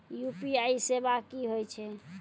UPI सेवा की होय छै?